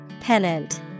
Pennant